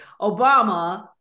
Obama